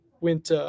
went, –